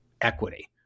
equity